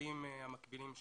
שמקבלים המקבילים שלהם.